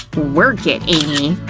work it, amy!